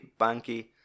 Banky